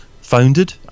founded